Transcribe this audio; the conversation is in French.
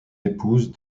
épouses